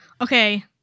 okay